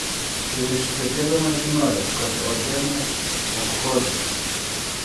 prieš ištekėdama žinojau kad eugene alkoholikas